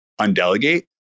undelegate